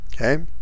okay